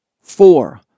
Four